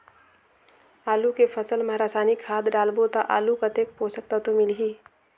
आलू के फसल मा रसायनिक खाद डालबो ता आलू कतेक पोषक तत्व मिलही?